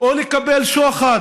או לקבל שוחד,